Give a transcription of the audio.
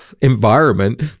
environment